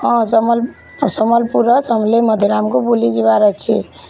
ହଁ ସମଲପୁରର୍ ସମଲେଇ ମନ୍ଦିର୍ ଆମକୁ ବୁଲିଯିବାର୍ ଅଛି